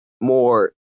more